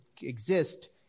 exist